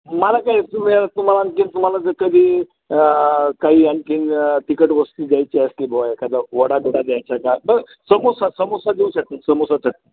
माला आणखी तुम्हाला जर कधी काही आणखी तिखट वस्तू द्यायची असली बुवा एखादा वडा बिडा द्यायचां का बरं समोसा समोसा देऊ शक समोसा चट